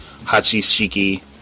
Hachishiki